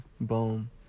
boom